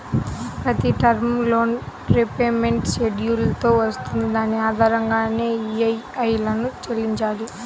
ప్రతి term loan repayment schedule తో వస్తుంది దాని ఆధారంగానే ఈఎంఐలను చెల్లించాలి